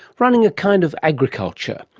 running a kind of agriculture,